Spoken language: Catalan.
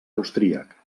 austríac